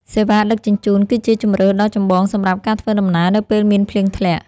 សេវាដឹកជញ្ជូន គឺជាជម្រើសដ៏ចម្បងសម្រាប់ការធ្វើដំណើរនៅពេលមានភ្លៀងធ្លាក់។